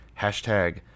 Hashtag